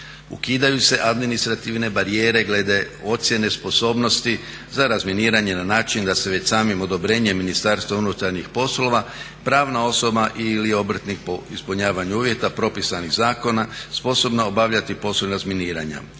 Ukidaju se administrativne barijere glede ocjene sposobnosti za razminiranje na način da se već samim odobrenjem MUP-a, pravna osoba ili obrtnik po ispunjavanju uvjeta propisanih zakona sposobna obavljati poslove razminiranja,